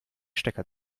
stecker